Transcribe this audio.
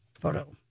photo